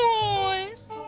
boys